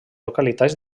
localitats